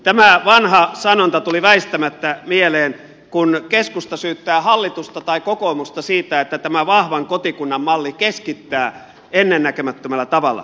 tämä vanha sanonta tuli väistämättä mieleen kun keskusta syyttää hallitusta tai kokoomusta siitä että tämä vahvan kotikunnan malli keskittää ennennäkemättömällä tavalla